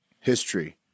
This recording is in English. history